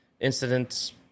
incidents